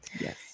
Yes